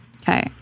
Okay